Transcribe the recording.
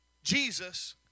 Jesus